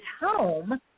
home